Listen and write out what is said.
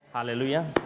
Hallelujah